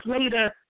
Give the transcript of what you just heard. later